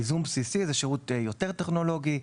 ייזום בסיסי הוא שירות יותר טכנולוגי.